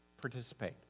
participate